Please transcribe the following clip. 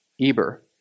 Eber